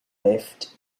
lift